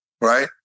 right